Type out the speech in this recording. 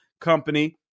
Company